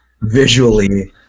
visually